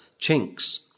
chinks